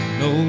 no